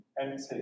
empty